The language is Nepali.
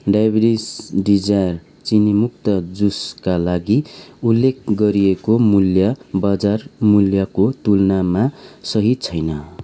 डायबेटिक्स डिजायर चिनीमुक्त जुसका लागि उल्लेख गरिएको मूल्य बजार मूल्यको तुलनामा सही छैन